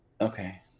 Okay